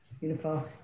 Beautiful